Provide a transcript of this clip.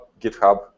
GitHub